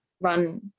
run